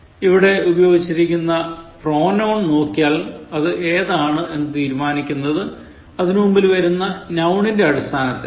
ഇവിടെ ഉപയോഗിച്ചിരിക്കുന്ന പ്രോനൌൻ നോക്കിയാൽ അത് ഏതാണ് എന്നു തീരുമാനിക്കുന്നത് അതിനു മുൻപിൽ വരുന്ന നൌണിൻറെ അടിസ്ഥാനത്തിലാണ്